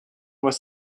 was